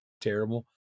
terrible